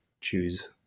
choose